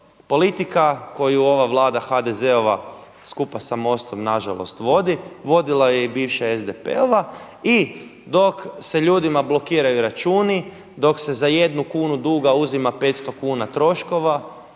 politika koju ova Vlada HDZ-a skupa sa MOST-om nažalost vodi, vodila ju je i bivša SDP-ova i dok se ljudima blokiraju računi, dok se za 1 kunu duga uzima 500 kuna troškova,